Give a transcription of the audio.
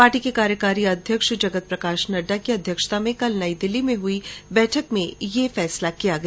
party के कार्यकारी अध्यक्ष जगत प्रकाश नड्डा की अध्यक्षता में कल नई दिल्ली में हुई बैठक में यह निर्णय लिया गया